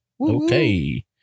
Okay